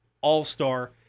All-Star